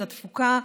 את התפוקה,